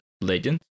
Legend